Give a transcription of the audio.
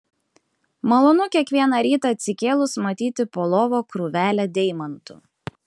malonu kiekvieną rytą atsikėlus matyti po lova krūvelę deimantų